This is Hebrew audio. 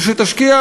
ושתשקיע,